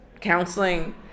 counseling